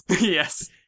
Yes